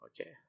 Okay